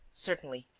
certainly.